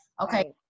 okay